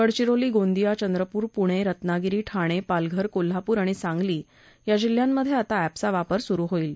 गडचिरोली गोंदिया चंद्रपूर पुणे रत्नागिरी ठाणे पालघर कोल्हापूर आणि सांगली या जिल्ह्यांमध्ये आता एपचा वापर सुरू होईल